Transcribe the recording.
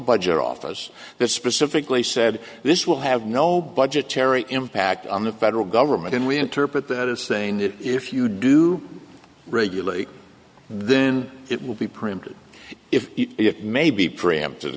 budget office that specifically said this will have no budgetary impact on the federal government and we interpret that as saying that if you do regulate then it will be printed if you may be preempted